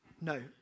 No